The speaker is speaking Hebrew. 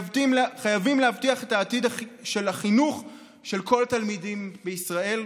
חייבים להבטיח את העתיד של החינוך של כל התלמידים בישראל,